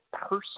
person